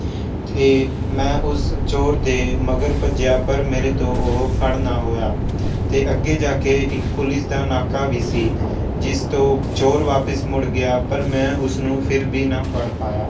ਅਤੇ ਮੈਂ ਉਸ ਚੋਰ ਦੇ ਮਗਰ ਭੱਜਿਆ ਪਰ ਮੇਰੇ ਤੋਂ ਉਹ ਫੜ ਨਾ ਹੋਇਆ ਅਤੇ ਅੱਗੇ ਜਾ ਕੇ ਇੱਕ ਪੁਲਿਸ ਦਾ ਨਾਕਾ ਵੀ ਸੀ ਜਿਸ ਤੋਂ ਚੋਰ ਵਾਪਿਸ ਮੁੜ ਗਿਆ ਪਰ ਮੈਂ ਉਸ ਨੂੰ ਫਿਰ ਵੀ ਨਾ ਫੜ ਪਾਇਆ